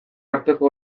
arteko